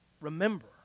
Remember